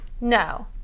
No